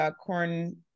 corn